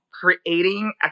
creating